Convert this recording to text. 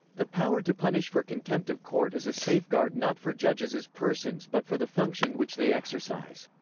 the power to punish for contempt of court is a safeguard not for judges as persons but for the function which they exercise.